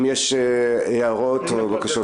אם יש הערות או בקשות,